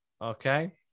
Okay